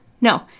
No